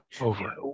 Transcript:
Over